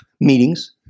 meetings